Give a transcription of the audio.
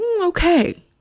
okay